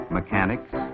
mechanics